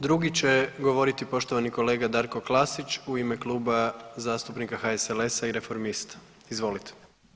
Drugi će govoriti poštovani kolega Darko Klasić u ime Kluba zastupnika HSLS-a i reformista, izvolite.